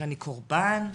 שאני קורבן,